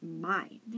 mind